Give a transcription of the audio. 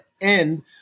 end